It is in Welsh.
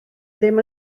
ddim